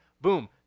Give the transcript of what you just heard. Boom